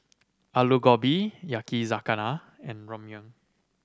Alu Gobi Yakizakana and Ramyeon